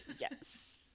Yes